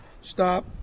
Stop